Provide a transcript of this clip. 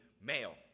male